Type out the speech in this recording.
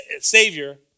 savior